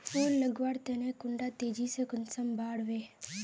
फुल लगवार तने कुंडा तेजी से कुंसम बार वे?